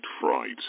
Fright